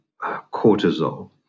cortisol